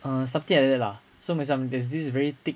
err something like that lah so macam there's this very thick